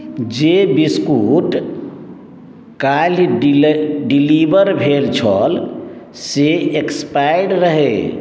जे बिस्कुट काल्हि डेलीव डिलीवर भेल छल से एक्सपायर्ड रहै